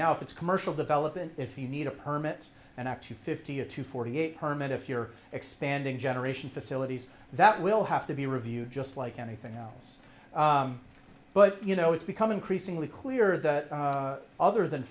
now if it's commercial development if you need a permit and actually fifty eight to forty eight permit if you're expanding generation facilities that will have to be reviewed just like anything else but you know it's become increasingly clear that other than